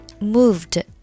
moved